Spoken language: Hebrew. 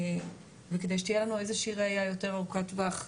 וכדי שתהיה לנו איזושהי ראיה יותר ארוכת טווח,